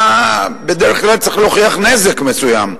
אתה בדרך כלל צריך להוכיח נזק מסוים.